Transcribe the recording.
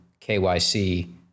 KYC